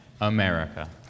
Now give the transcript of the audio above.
America